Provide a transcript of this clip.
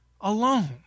alone